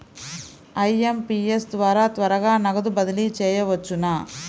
IMPS ద్వారా త్వరగా నగదు బదిలీ చేయవచ్చునా?